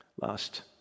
last